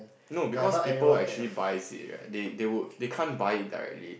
no because people actually buys it right they they would they can't buy it directly